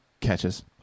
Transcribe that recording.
catches